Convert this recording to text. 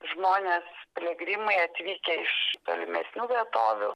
žmonės piligrimai atvykę iš tolimesnių vietovių